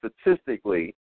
statistically